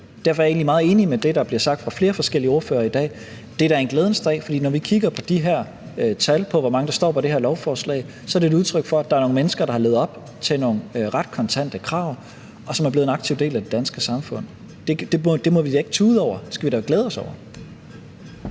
Derfor er jeg egentlig meget enig i det, der er blevet sagt af flere forskellige ordførere i dag, om, at det da er en glædens dag. For når vi kigger på de her tal på, hvor mange der står på det lovforslag, så er det jo et udtryk for, at der er nogle mennesker, der har levet op til nogle ret kontante krav, og som er blevet en aktiv del af det danske samfund. Det må vi da ikke tude over, men det skal vi da glæde os over.